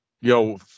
Yo